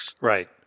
Right